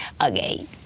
okay